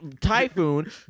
Typhoon